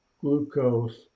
glucose